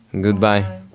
Goodbye